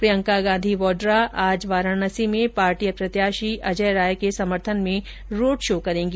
प्रियंका गांधी वाड्रा आज वाराणसी में पार्टी प्रत्याशी अजय राय के समर्थन में रोड शो करेंगी